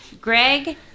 Greg